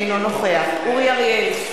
אינו נוכח אורי אריאל,